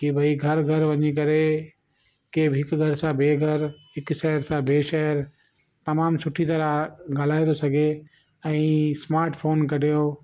की भई घर घर वञी करे कंहिं बि हिक घर सां ॿिए घरु हिकु शहर सां ॿिए शहर तमामु सुठी तरह ॻाल्हाए थो सघे ऐं स्मार्ट फोन कढियो